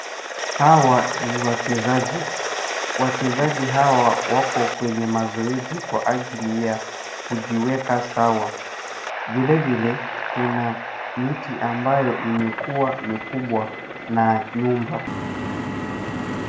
Hawa ni wachezaji. Wachezaji hawa wako kwenye mazoezi kwa ajili ya kujiweka sawa. Vile vile kuna miti ambayo imekuwa mikubwa na nyumba.